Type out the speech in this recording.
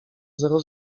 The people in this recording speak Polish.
zero